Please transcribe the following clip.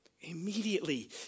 Immediately